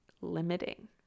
limiting